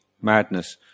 Madness